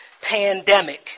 Pandemic